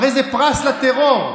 הרי זה פרס לטרור,